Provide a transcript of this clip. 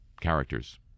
characters